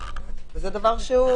זה דבר שהוא